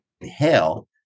inhale